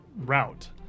route